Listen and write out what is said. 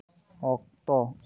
ᱚᱠᱛᱚ